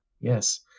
yes